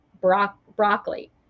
broccoli